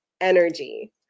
energy